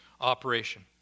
operation